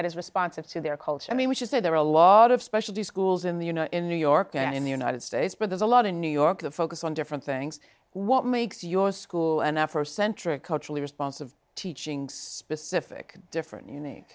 that is responsive to their culture i mean we should say there are a lot of specialty schools in the you know in new york and in the united states but there's a lot in new york the focus on different things what makes your school and afrocentric culturally response of teaching specific different you name